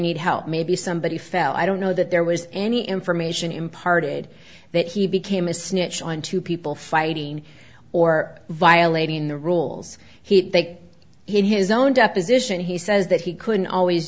need help maybe somebody fell i don't know that there was any information imparted that he became a snitch on to people fighting or violating the rules he take his own deposition he says that he couldn't always